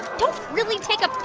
don't really take a